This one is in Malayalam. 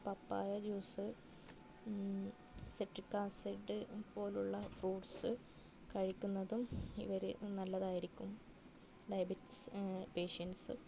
പപ്പായ ജ്യൂസ് സിട്രിക്കാസിഡ് പോലുള്ള ഫ്രൂട്ട്സ് കഴിക്കുന്നതും ഇവർ നല്ലതായിരിക്കും ഡയബറ്റിസ് പേഷ്യൻറ്റ്സ്